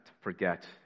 forget